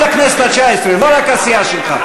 כל הכנסת התשע-עשרה, לא רק הסיעה שלך.